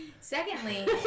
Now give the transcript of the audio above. Secondly